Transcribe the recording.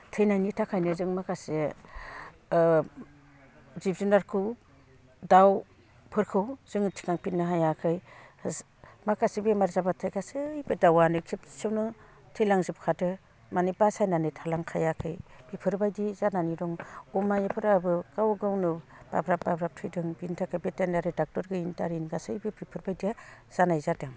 थैनायनि थाखायनो जों माखासे जिब जुनारखौ दाउफोरखौ जोङो थिखांफिननो हायाखै माखासे बेमार जाबाथाय गासैबो दाउआनो खेबसेयावनो थैलांजोबखादों माने बासायनानै थालांखायाखै बेफोरबायदि जानानै दङ अमाफोराबो गाव गावनो बाब्राब बाब्राब थैदों बेनि थाखाय भेटेनारि डक्ट'र गैयिनि थाखायनो गासैबो बेफोरबायदिया जानाय जादों